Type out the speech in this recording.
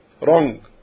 wrong